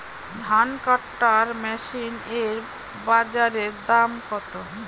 ধান কাটার মেশিন এর বাজারে দাম কতো?